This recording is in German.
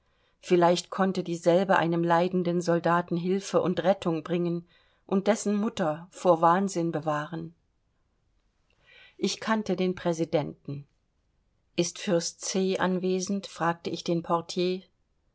vielleicht konnte dieselbe einem leidenden soldaten hilfe und rettung bringen und dessen mutter vor wahnsinn bewahren ich kannte den präsidenten ist fürst c anwesend fragte ich den portier